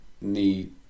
need